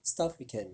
stuff we can